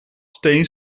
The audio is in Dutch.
steen